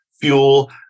fuel